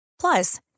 Plus